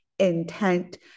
Intent